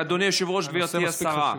הנושא מספיק חשוב.